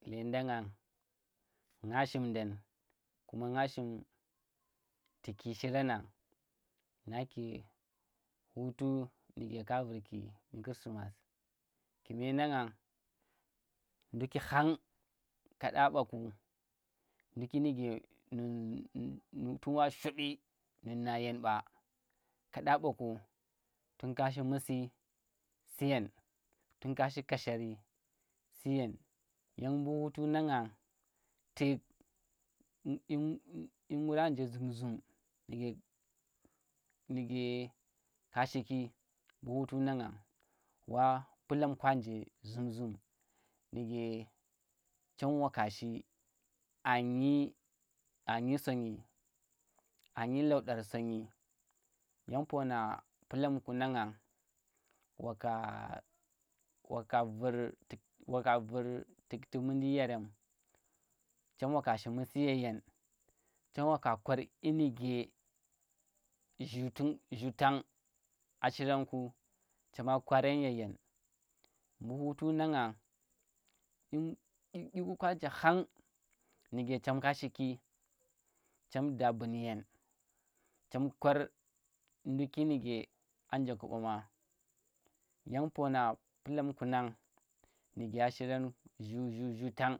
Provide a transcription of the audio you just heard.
Lendeng ngang, ngu shindan, kuma nga shim, tu̱ki shiram nang, nake hutu nu̱ge ka virki nu krisimas ku̱me nang ngang nduki khang kaɗa ɓaku, nduki nuge nu nu tum wa shobi num na yen ɓa kada ɓaku, tun ka shi mu̱si siyen, tan ka shi kashari siyen, yang mbu hutu nang ngang tu̱k m dyi ngura nje. Zum zum nuge, nuge ka shiki mbu hutu nang ngang, wa palam kwa nJe zum zum nuge, Chem waka shi, anyi anyi sonnyi a nyi laudor, sonyi yang pona palam ku nang ngang waka, waka vur, waka vur tukti tukti mundi yerem, chem waka shi mu̱si yeyen, chem waka kwar dyinuge zhu, tun, zhu tang a shiram ku, chem' a kwaram yeyen mbu hutu nang ngang dyiku kwa nje khang nuge chem ka shiki, chem da bun yen, chem kwar nduki nu̱ge a nje ku ɓama yang pona palam kuneng nuge a shiram zhu zhu tem.